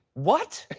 what?